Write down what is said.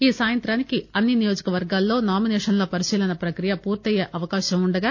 ఈ సాయంత్రానికి అన్ని నియోజక వర్గాల్లో నామిసేషన్ల పరిశీలన ప్రక్రియ పూర్తయ్యే అవకాశం ఉండగా